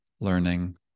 learning